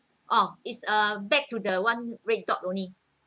it's uh back to the one red dot only